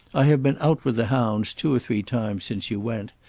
i have been out with the hounds two or three times since you went,